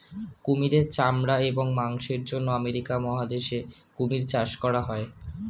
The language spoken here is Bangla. কুমিরের চামড়া এবং মাংসের জন্য আমেরিকা মহাদেশে কুমির চাষ করা হয়